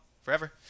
forever